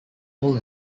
role